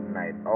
night